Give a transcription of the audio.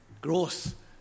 Growth